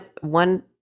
one